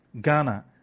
Ghana